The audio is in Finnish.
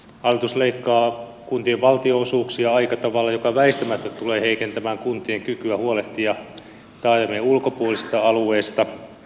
hallitus leikkaa kuntien valtionosuuksia aika tavalla mikä väistämättä tulee heikentämään kuntien kykyä huolehtia taajamien ulkopuolisista alueista